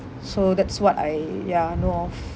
so that's what I ya know of